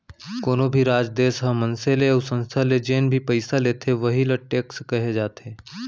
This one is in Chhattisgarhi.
कोनो भी राज, देस ह मनसे ले अउ संस्था ले जेन भी पइसा लेथे वहीं ल टेक्स कहे जाथे